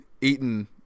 eaten